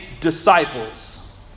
disciples